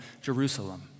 Jerusalem